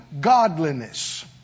godliness